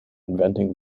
inventing